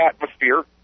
atmosphere